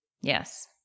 Yes